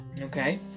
Okay